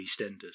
EastEnders